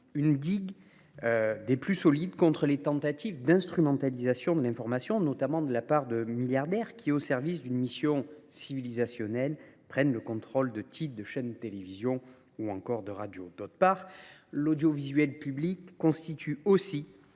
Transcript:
des digues les plus solides contre les tentatives d’instrumentalisation de l’information, notamment de la part de milliardaires qui, au service d’une mission civilisationnelle, prennent le contrôle de titres de presse, de chaînes de télévision et de radios. L’audiovisuel public fait